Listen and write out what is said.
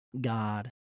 God